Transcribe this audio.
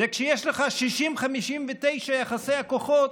וכשיש לך יחסי כוחות